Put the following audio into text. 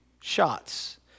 shots